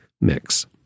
mix